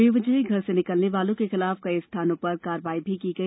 बेवजह घर से निकलने वालों के खिलाफ कई स्थानों पर कार्यवाही भी की गई